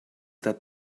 that